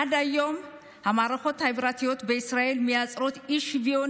עד היום המערכות החברתיות בישראל מייצרות אי-שוויון